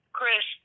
Chris